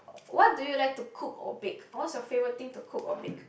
what do you like to cook or bake what's you favorite thing to cook or bake